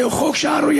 זהו חוק שערורייתי,